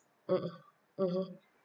mmhmm (uh huh)